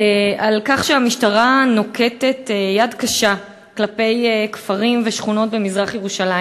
על כך שהמשטרה נוקטת יד קשה כלפי כפרים ושכונות במזרח-ירושלים.